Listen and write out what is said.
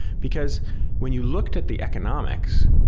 because when you looked at the economics